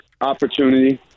Opportunity